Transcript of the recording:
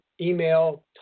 email